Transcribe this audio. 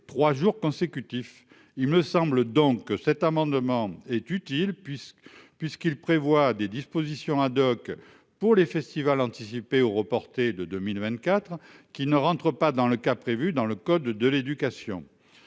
3 jours consécutifs. Il me semble donc que cet amendement est utile puisque puisqu'il prévoit des dispositions. Pour les festivals anticiper au reporter de 2024 qui ne rentre pas dans le cas prévu dans le code de l'éducation.